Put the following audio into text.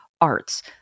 arts